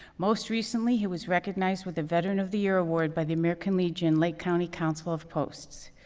most recently, he was recognized with a veteran of the year award by the american legion lake county council of posts.